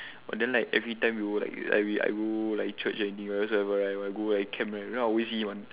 but then like every time we will like I go like church everything whatsoever right I will like camp I always see him one